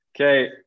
Okay